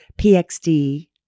PXD